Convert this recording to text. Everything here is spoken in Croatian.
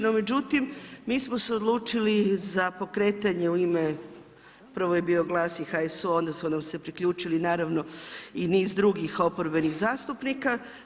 No međutim, mi smo se odlučili za pokretanje u ime prvo je bio glas i HSU onda su nam se priključili naravno i niz drugih oporbenih zastupnika.